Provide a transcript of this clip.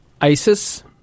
ISIS